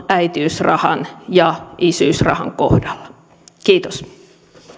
äitiysrahan ja isyysrahan kohdalla kiitos